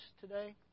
today